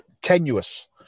tenuous